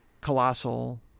Colossal